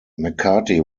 mccarty